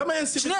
למה אין סימטריה?